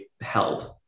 held